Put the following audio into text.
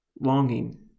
longing